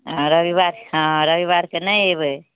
हँ रविवार हँ रविवारके नहि अयबै